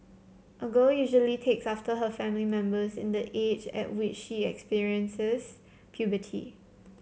a girl usually takes after her family members in the age at which she experiences puberty